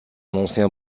ancien